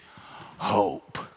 hope